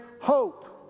hope